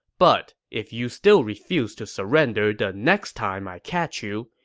but if you still refuse to surrender the next time i catch you,